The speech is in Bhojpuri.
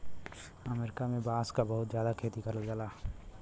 अमरीका में बांस क बहुत जादा खेती करल जाला